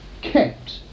kept